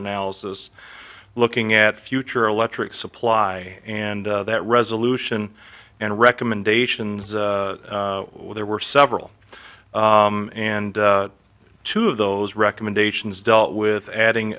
analysis looking at future electric supply and that resolution and recommendations there were several and two of those recommendations dealt with adding